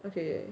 okay